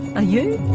ah you?